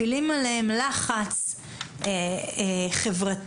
מפעילים עליהם לחץ חברתי,